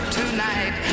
tonight